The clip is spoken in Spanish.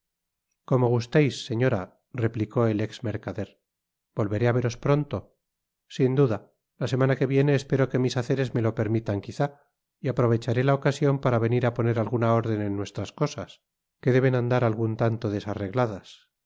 como gusteis señora replicó el ex mercader volveré á veros pronto sin duda la semana que viene espero que mis quehaceres me lo permitan quizá y aprovecharé la ocasion para venir á poner alguna orden en nuestras cosas que deben andar algun tanto desarregladas